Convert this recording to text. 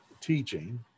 teaching